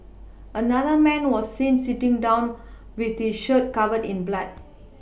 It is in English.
another man was seen sitting down with his shirt covered in blood